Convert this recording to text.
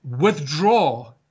withdraw